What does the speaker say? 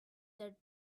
their